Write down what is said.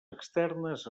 externes